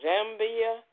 Zambia